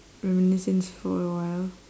reminiscence for a while